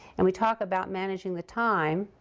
and we talk about managing the time.